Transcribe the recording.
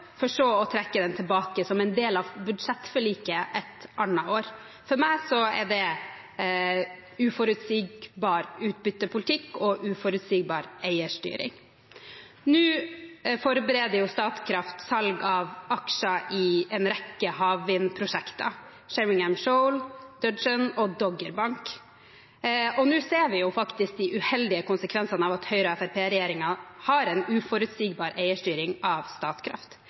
For meg er det uforutsigbar utbyttepolitikk og uforutsigbar eierstyring. Nå forbereder jo Statkraft salg av aksjer i en rekke havvindprosjekter: Sheringham Shoal, Dudgeon og Dogger Bank. Nå ser vi de uheldige konsekvensene av at Høyre–Fremskrittsparti-regjeringen har en uforutsigbar eierstyring av Statkraft.